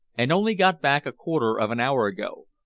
and only got back a quarter of an hour ago.